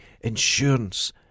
insurance